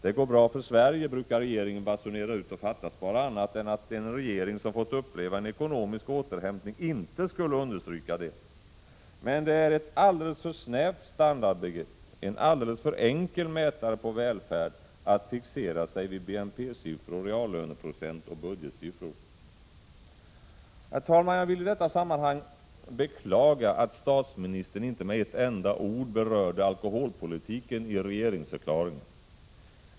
Det går bra för Sverige, brukar regeringen basunera ut, och fattas bara annat än att en regering som fått uppleva en ekonomisk återhämtning inte skulle understryka det. Men det är ett alldeles för snävt standardbegrepp, en alldeles för enkel mätare på välfärd att fixera sig vid BNP-siffror, reallöneprocent och budgetsiffror. Jag vill i detta sammanhang beklaga att statsministern inte med ett enda ord berörde alkoholpolitiken i regeringsförklaringen.